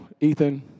Ethan